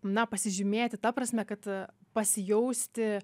na pasižymėti ta prasme kad pasijausti